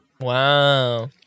Wow